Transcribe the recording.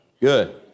Good